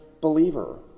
believer